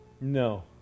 no